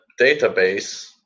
database